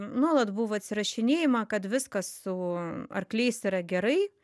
nuolat buvo atsirašinėjama kad viskas su arkliais yra gerai